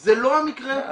זה לא המקרה הזה.